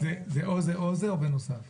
נו באמת, אורית.